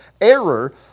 error